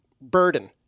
burden